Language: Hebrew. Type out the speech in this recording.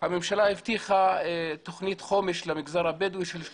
הממשלה הבטיחה תוכנית חומש של 3 מיליארד למגזר הבדואי.